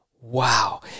Wow